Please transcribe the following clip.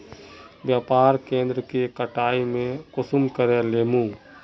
व्यापार केन्द्र के कटाई में कुंसम करे लेमु?